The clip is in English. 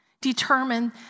determined